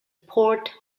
port